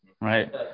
right